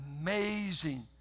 amazing